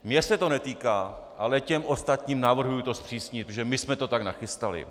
Mě se to netýká, ale těm ostatním navrhuji to zpřísnit, protože my jsme to tak nachystali.